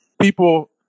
people